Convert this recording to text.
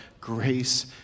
grace